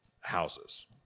houses